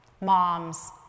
moms